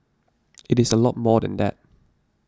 it is a lot more than that